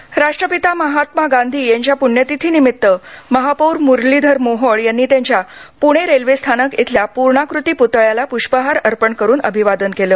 महात्मा गांधी राष्ट्रपिता महात्मा गांधी यांच्या पुण्यतिथी निमित्त महापौर मुरलीधर मोहोळ यांनी त्यांच्या पुणे रेल्वे स्थानक इथल्या पूर्णाकृती पुतळ्याला पुष्पहार अर्पण करून अभिवादन केलं